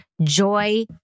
joy